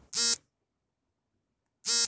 KYC ಅವಶ್ಯಕತೆಗಳು ಯಾವುವು?